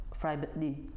privately